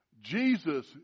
Jesus